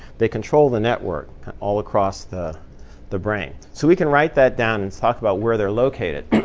they control the network all across the the brain. so we can write that down and talk about where they're located. and